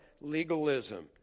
legalism